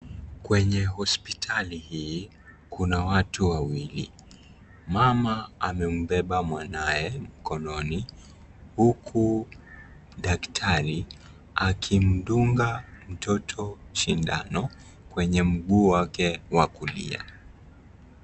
Kwenye hospitali hii kuna watu wawili. Mama amembeba mwanawe mkononi huku daktari akimdunga mtoto sindano kwenye mguu wake wa kulia.